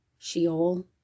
Sheol